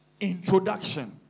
introduction